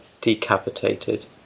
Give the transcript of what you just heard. decapitated